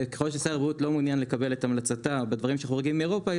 וככל ששר הבריאות לא מעוניין לקבל את המלצתה בדברים שחורגים מאירופה,